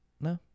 No